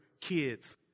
kids